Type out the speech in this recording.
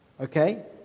okay